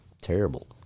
Terrible